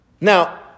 Now